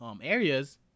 areas